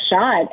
shot